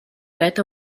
dret